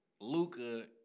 Luca